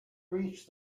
reached